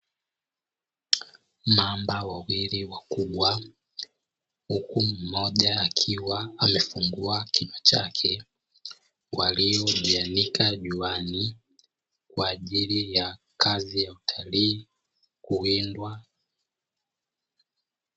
Mamba wawili wakubwa, huku mmoja akiwa amefungua kinywa chake, waliojianika juani kwa ajili ya kazi ya utalii, kuwindwa.